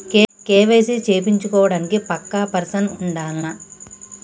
KYC చేపిచ్చుకోవడానికి పక్కా person ఉండాల్నా?